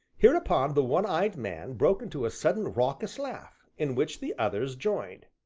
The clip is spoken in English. hereupon the one-eyed man broke into a sudden raucous laugh, in which the others joined.